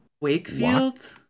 Wakefield